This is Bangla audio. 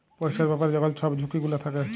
পইসার ব্যাপারে যখল ছব ঝুঁকি গুলা থ্যাকে